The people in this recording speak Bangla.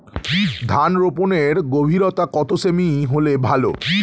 ধান রোপনের গভীরতা কত সেমি হলে ভালো?